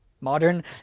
modern